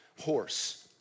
horse